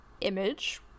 image